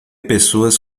pessoas